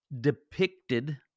depicted